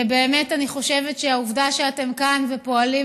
ובאמת אני חושבת שהעובדה שאתם כאן ופועלים